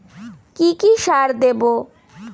কি কি সার দেবো?